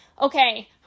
okay